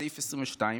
בסעיף 22,